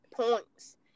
points